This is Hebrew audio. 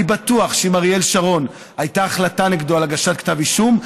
אני בטוח שאם נגד אריאל שרון הייתה החלטה על הגשת כתב אישום,